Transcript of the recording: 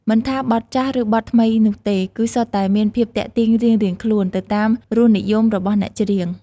មិនថាបទចាស់ ឬបទថ្មីនោះទេ គឺសុទ្ធតែមានភាពទាក់ទាញរៀងៗខ្លួន ទៅតាមរសនិយមរបស់អ្នកច្រៀង។